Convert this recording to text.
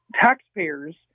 taxpayers